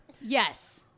Yes